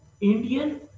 Indian